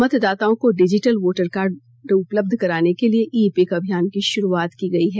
मतदाताओं को digital voter card उपलब्ध कराने के लिए ई इपिक अभियान की शुरूआत की गई है